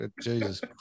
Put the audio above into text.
Jesus